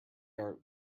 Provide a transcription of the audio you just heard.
are